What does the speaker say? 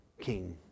king